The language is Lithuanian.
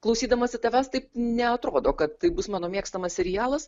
klausydamasi tavęs taip neatrodo kad taip bus mano mėgstamas serialas